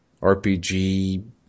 RPG